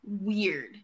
weird